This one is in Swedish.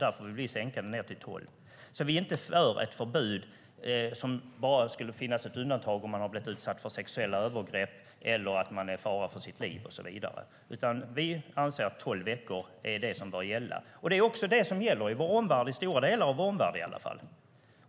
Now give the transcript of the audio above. Därför vill vi sänka gränsen till 12 veckor. Vi är inte för ett förbud där det bara skulle finnas undantag om man har blivit utsatt för sexuella övergrepp eller det är fara för ens liv och så vidare. Vi anser att 12 veckor är det som bör gälla. Det är också det som gäller i stora delar av vår omvärld.